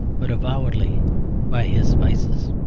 but avowedly by his vices?